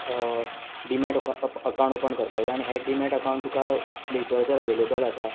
demat अ account open करपाक जाय आनी हे डिमॅट अकावंट तुका प्लेस्टोराचेर अवेलेबल आसा